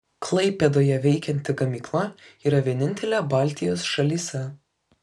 klaipėdoje veikianti gamykla yra vienintelė baltijos šalyse